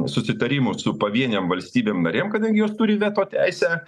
susitarimų su pavienėm valstybėm narėm jos turi veto teisę